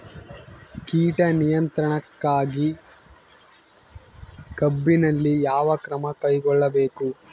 ಕೇಟ ನಿಯಂತ್ರಣಕ್ಕಾಗಿ ಕಬ್ಬಿನಲ್ಲಿ ಯಾವ ಕ್ರಮ ಕೈಗೊಳ್ಳಬೇಕು?